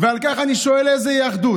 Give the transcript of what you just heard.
ועל כך אני שואל: איזו אחדות?